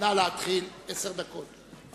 עשר דקות לרשותך.